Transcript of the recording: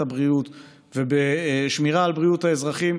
הבריאות ובשמירה על בריאות האזרחים,